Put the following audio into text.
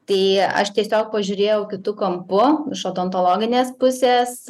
tai aš tiesiog pažiūrėjau kitu kampu iš odontologinės pusės